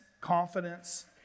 confidence